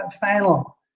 final